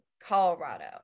Colorado